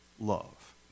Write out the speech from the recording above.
love